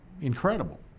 incredible